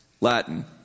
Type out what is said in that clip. Latin